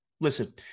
Listen